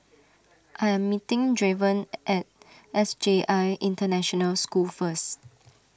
I am meeting Draven at S J I International School first